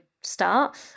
start